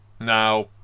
Now